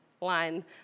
line